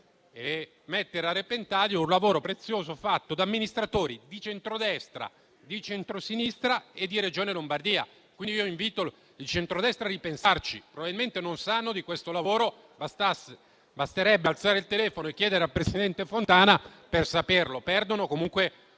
e mettere a repentaglio un lavoro prezioso fatto da amministratori di centrodestra e di centrosinistra e dalla Regione Lombardia. Invito quindi il centrodestra a ripensarci, perché probabilmente non sa di questo lavoro: basterebbe alzare il telefono e chiedere al presidente Fontana. Perdono comunque